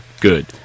good